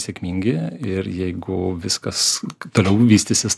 sėkmingi ir jeigu viskas toliau vystysis